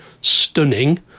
stunning